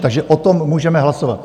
Takže o tom můžeme hlasovat.